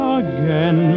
again